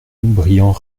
brillant